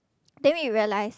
then we realise